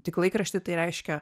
tik laikraštį tai reiškia